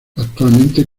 actualmente